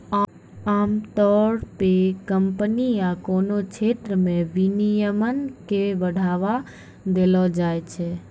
आमतौर पे कम्पनी या कोनो क्षेत्र मे विनियमन के बढ़ावा देलो जाय छै